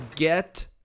Get